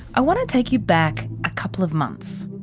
i want to take you back a couple of months.